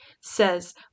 says